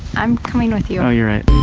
i'm coming with you. oh, you're right.